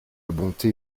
bonté